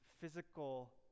physical